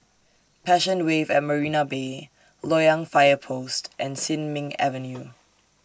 Passion Wave At Marina Bay Loyang Fire Post and Sin Ming Avenue